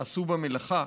שעשו במלאכה: